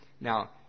Now